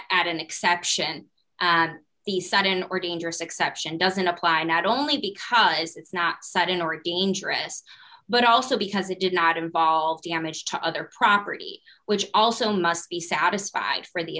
add an exception the sudden or dangerous exception doesn't apply not only because it's not sudden or a dangerous but also because it did not involve damage to other property which also must be satisfied for the